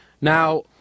Now